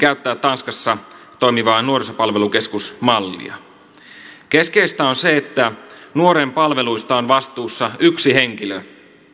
käyttää tanskassa toimivaa nuorisopalvelukeskusmallia keskeistä on se että nuoren palveluista on vastuussa yksi henkilö